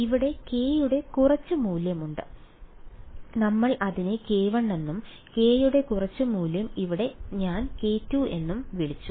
ഇവിടെ k യുടെ കുറച്ച് മൂല്യമുണ്ട് നമ്മൾ അതിനെ k1 എന്നും k യുടെ കുറച്ച് മൂല്യം ഇവിടെ ഞാൻ k2 എന്നും വിളിച്ചു